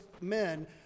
men